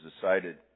decided